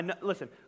Listen